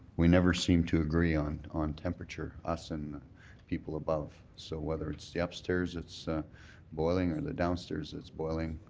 we never seem to agree on on temperature, us and people above. so whether it's the upstairs that's boiling or the downstairs that's boiling,